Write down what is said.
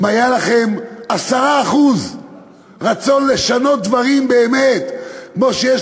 אם היה לכם 10% רצון לשנות דברים באמת כמו שיש